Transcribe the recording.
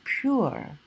pure